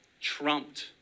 trumped